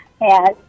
yes